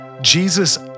Jesus